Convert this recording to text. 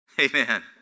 Amen